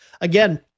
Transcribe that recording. Again